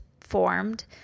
formed